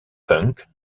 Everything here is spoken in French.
punk